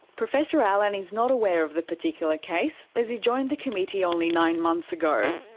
professor allen is not aware of the particular case as he joined the committee only nine months ago.